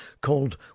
called